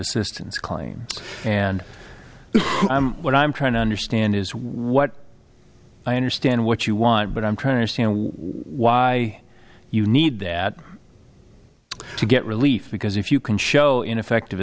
assistance claim and what i'm trying to understand is what i understand what you want but i'm trying to see why you need that to get relief because if you can show ineffective